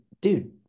dude